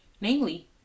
namely